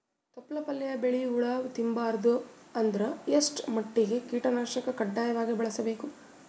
ತೊಪ್ಲ ಪಲ್ಯ ಬೆಳಿ ಹುಳ ತಿಂಬಾರದ ಅಂದ್ರ ಎಷ್ಟ ಮಟ್ಟಿಗ ಕೀಟನಾಶಕ ಕಡ್ಡಾಯವಾಗಿ ಬಳಸಬೇಕು?